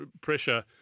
pressure